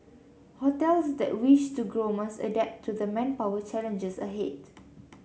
hotels that wish to grow must adapt to the manpower challenges ahead